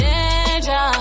Danger